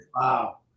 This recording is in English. Wow